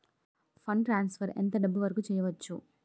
Fund transfer ఎంత డబ్బు వరుకు చేయవచ్చు?